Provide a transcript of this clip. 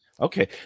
Okay